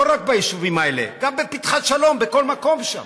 לא רק ביישובים האלה, גם בפתחת שלום, בכל מקום שם.